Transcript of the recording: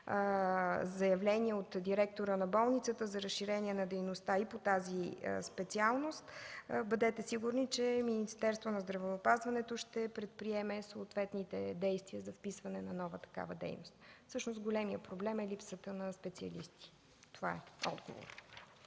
заявление от директора на болницата за разширение на дейността и по тази специалност, бъдете сигурни, че Министерството на здравеопазването ще предприеме съответните действия за вписване на нова такава дейност. Всъщност големият проблем е липсата на специалисти. Това е отговорът.